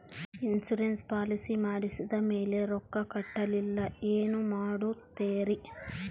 Insurance policy ಮಾಡಿದ ಮೇಲೆ ರೊಕ್ಕ ಕಟ್ಟಲಿಲ್ಲ ಏನು ಮಾಡುತ್ತೇರಿ?